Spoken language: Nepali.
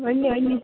हो नि हो नि